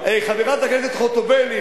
------ חברת הכנסת חוטובלי,